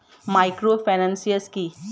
Microfinance কি?